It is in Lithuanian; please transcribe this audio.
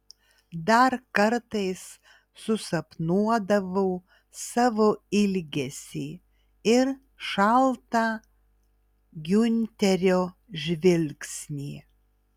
dar kartais susapnuodavau savo ilgesį ir šaltą giunterio žvilgsnį